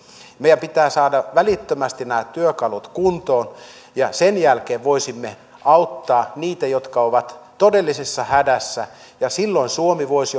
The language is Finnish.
meidän pitää saada välittömästi nämä työkalut kuntoon ja sen jälkeen voisimme auttaa niitä jotka ovat todellisessa hädässä ja silloin suomi voisi